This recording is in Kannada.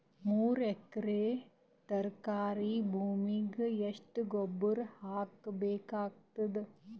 ಮೂರು ಎಕರಿ ತರಕಾರಿ ಭೂಮಿಗ ಎಷ್ಟ ಗೊಬ್ಬರ ಹಾಕ್ ಬೇಕಾಗತದ?